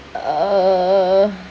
err